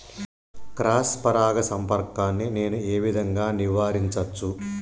Cross పరాగ సంపర్కాన్ని నేను ఏ విధంగా నివారించచ్చు?